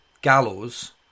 Gallows